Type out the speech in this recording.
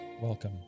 Welcome